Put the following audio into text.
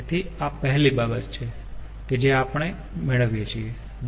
તેથી આ પહેલી બાબત છે કે જે આપણે મેળવીએ છીએ